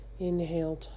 Inhale